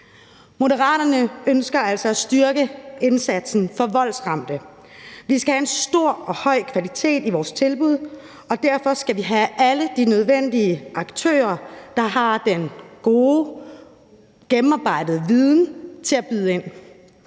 Moderaterne ønsker altså at styrke indsatsen for voldsramte. Vi skal have en god og høj kvalitet i vores tilbud, og derfor skal vi have alle de nødvendige aktører, der har den gode, gennemarbejdede viden, til at byde ind.